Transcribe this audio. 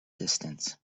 distance